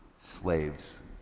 slaves